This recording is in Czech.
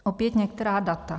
Opět některá data.